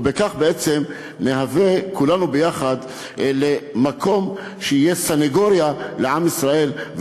ובכך בעצם נהווה כולנו ביחד מקום שיהיה סנגוריה על עם ישראל,